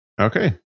Okay